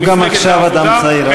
הוא גם עכשיו אדם צעיר.